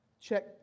check